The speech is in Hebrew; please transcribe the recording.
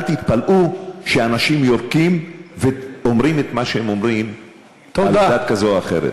אל תתפלאו שאנשים יורקים ואומרים את מה שהם אומרים על דת כזו או אחרת.